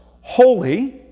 holy